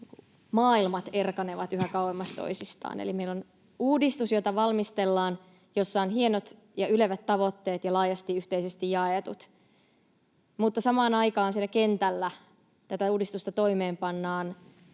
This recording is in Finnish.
maailmat erkanevat yhä kauemmas toisistaan. Eli meillä on uudistus, jota valmistellaan ja jossa on hienot ja ylevät tavoitteet, laajasti yhteisesti jaetut, mutta samaan aikaan siellä kentällä tätä uudistusta toimeenpannaan